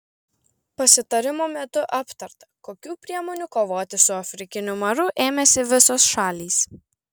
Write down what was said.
pasitarimo metu aptarta kokių priemonių kovoti su afrikiniu maru ėmėsi visos šalys